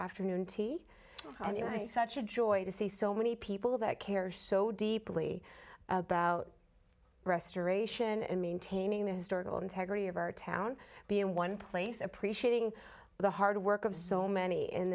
why such a joy to see so many people that care so deeply about restoration and maintaining the historical integrity of our town be in one place appreciating the hard work of so many